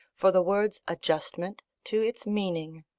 for the word's adjustment to its meaning.